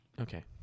Okay